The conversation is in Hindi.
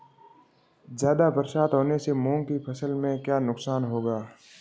ज़्यादा बरसात होने से मूंग की फसल में क्या नुकसान होगा?